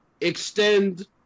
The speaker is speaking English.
extend –